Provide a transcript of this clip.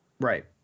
Right